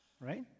Right